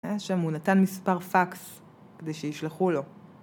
שם הוא נתן מספר פקס כדי שישלחו לו